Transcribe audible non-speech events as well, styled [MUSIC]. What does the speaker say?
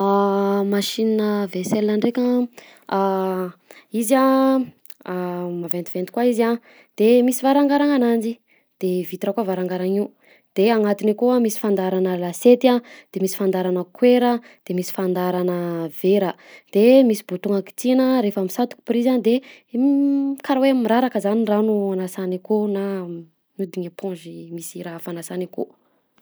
[HESITATION] Machine vaiselle ndreka a ah izy [HESITATION] maventiventy koa izy a de misy varagarana ananjy de vitre koa varagarana anio de anatin'io koa misy fandaharana lasiety a de misy fandaharana koera de misy fandaharana vera de misy bouton-gna kitihina rehefa misatoky prizy a de [HESITATION] karaha hoe miraraka zany ragno anasany akao na miodiny eponza misy raha fanasany akao.